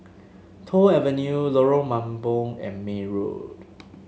Toh Avenue Lorong Mambong and May Road